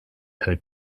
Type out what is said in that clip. her